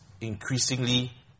increasingly